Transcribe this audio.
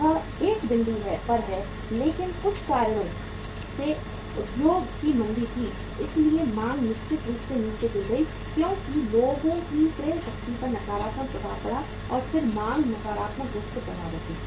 यह एक बिंदु पर है लेकिन कुछ कारणों से उद्योग की मंदी थी इसलिए मांग निश्चित रूप से नीचे गिर गई क्योंकि लोगों की क्रय शक्ति पर नकारात्मक प्रभाव पड़ा और फिर मांग नकारात्मक रूप से प्रभावित हुई